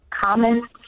common